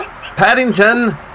Paddington